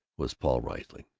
was paul riesling,